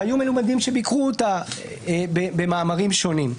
והיו מלומדים שביקרו אותה במאמרים שונים.